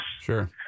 Sure